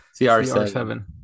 CR7